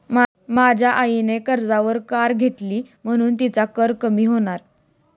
माझ्या आईने कर्जावर कार घेतली म्हणुन तिचा कर कमी होणार